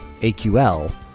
aql